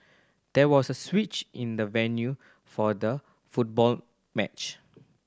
there was a switch in the venue for the football match